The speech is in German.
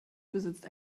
besitzt